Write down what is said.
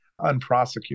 unprosecuted